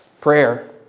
Prayer